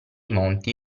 monti